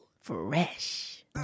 fresh